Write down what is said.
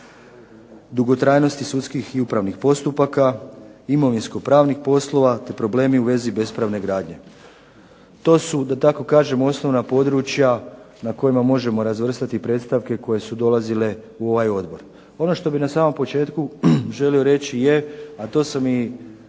dugotrajnosti sudskih i upravnih postupaka, imovinsko-pravnih poslova te problemi u vezi bespravne gradnje. To su, da tako kažem, osnovna područja na kojima možemo razvrstati predstavke koje su dolazile u ovaj odbor. Ono što bi na samom početku želio reći je, a to sam i